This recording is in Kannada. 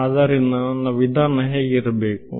ಆದ್ದರಿಂದ ನನ್ನ ವಿಧಾನ ಹೇಗಿರಬೇಕು